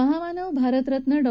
महामानव भारतरत्न डॉ